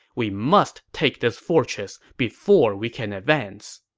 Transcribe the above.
we must take this fortress before we can advance.